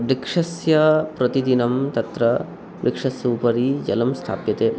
वृक्षस्य प्रतिदिनं तत्र वृक्षस्य उपरि जलं स्थाप्यते